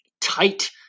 tight